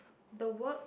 the work